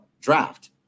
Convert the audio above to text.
draft